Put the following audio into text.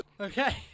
Okay